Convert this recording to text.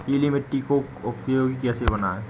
पीली मिट्टी को उपयोगी कैसे बनाएँ?